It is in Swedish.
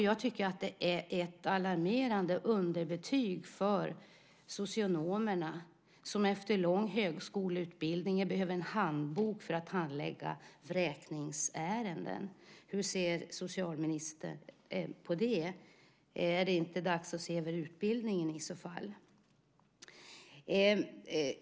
Jag tycker att det är ett alarmerande underbetyg för socionomerna som efter lång högskoleutbildning behöver en handbok för att handlägga vräkningsärenden. Hur ser socialministern på det? Är det inte dags att se över utbildningen i så fall?